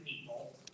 people